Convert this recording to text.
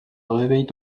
réveille